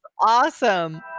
Awesome